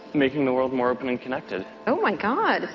making the world more open and connected. oh, my god.